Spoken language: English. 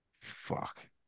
Fuck